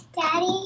Daddy